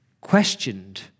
questioned